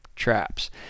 traps